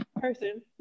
person